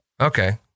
Okay